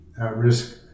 at-risk